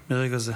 האזרחים.